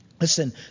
Listen